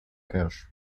cache